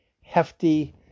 hefty